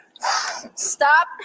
Stop